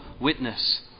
witness